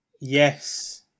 Yes